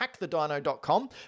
hackthedino.com